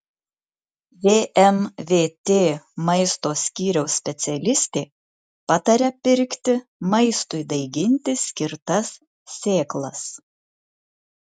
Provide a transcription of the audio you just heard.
vmvt maisto skyriaus specialistė pataria pirkti maistui daiginti skirtas sėklas